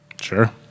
Sure